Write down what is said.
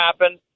happen